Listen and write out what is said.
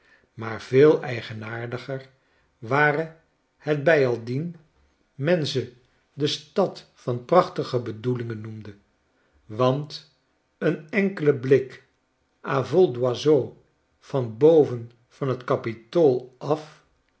maar veeleigenaardiger ware het bijaldien men ze de stad van prachtige bedoelingen noemde want een enkele blik a vol d'oiseau van boven van t kapitool af